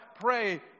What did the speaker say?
pray